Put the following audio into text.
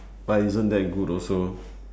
but isn't that good also